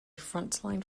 frontline